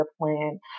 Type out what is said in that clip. plan